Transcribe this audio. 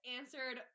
answered